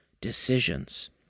decisions